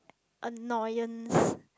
annoyance